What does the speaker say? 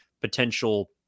potential